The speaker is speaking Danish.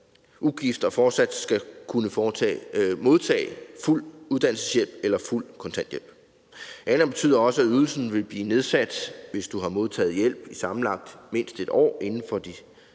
ugift og fortsat skal kunne modtage fuld uddannelseshjælp eller fuld kontanthjælp. Reglen betyder også, at ydelsen vil blive nedsat, hvis du har modtaget hjælp i sammenlagt mindst 1 år inden for de